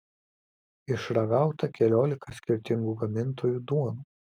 išragauta keliolika skirtingų gamintojų duonų